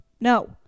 No